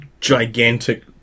gigantic